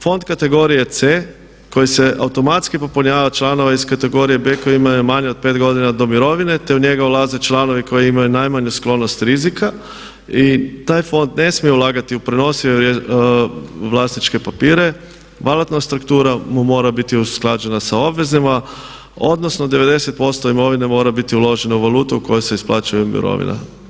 Fond kategorije C koji se automatski popunjava članova iz kategorije b koji imaju manje od 5 godina do mirovine te u njega ulaze članovi koji imaju najmanju sklonost rizika i taj fond ne smije ulagati u prenosive vlasničke papire. … struktura mu mora biti usklađena sa obvezama odnosno 90% imovine mora biti uloženo u valutu u kojoj se isplaćuje mirovina.